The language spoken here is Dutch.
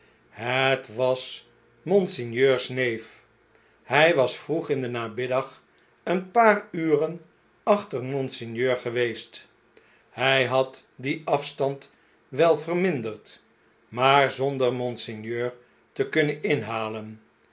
het was monseigneurs neef hjj was vroeg in den namiddag een paar uren achter monseigneur geweest hij had dien afstand wel verminderd maar zonder monseigneur te kunnen inhalen